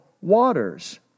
waters